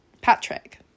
Patrick